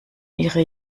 ihre